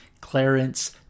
Clarence